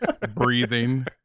breathing